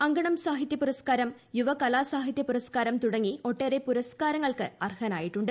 അങ്കണം സാഹിത്യ പുരസ്കാരം യുവ കലാ സാഹിത്യ പുരസ്കാരം തുടങ്ങി ഒട്ടേറെ പുരസ്കാരങ്ങൾക്ക് അർഹനായിട്ടുണ്ട്